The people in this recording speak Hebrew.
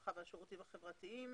הרווחה והשירותים החברתיים.